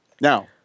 Now